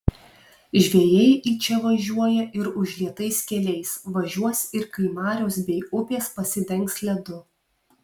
žvejai į čia važiuoja ir užlietais keliais važiuos ir kai marios bei upės pasidengs ledu